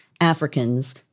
Africans